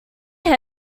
many